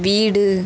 வீடு